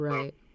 Right